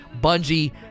Bungie